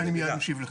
אני מיד אשיב לך.